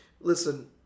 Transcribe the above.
Listen